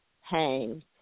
hang